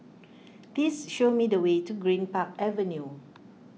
please show me the way to Greenpark Avenue